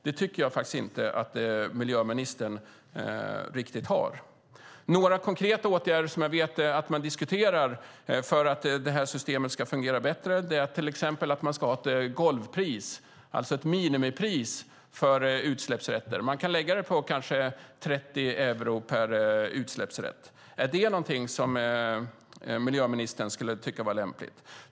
Det tycker jag faktiskt inte att miljöministern riktigt gör. Några konkreta åtgärder som jag vet att man diskuterar för att det här systemet ska fungera bättre är att man till exempel ska ha ett golvpris, alltså ett minimipris, för utsläppsrätter. Man kan kanske lägga det på 30 euro per utsläppsrätt. Är det någonting som miljöministern tycker är lämpligt?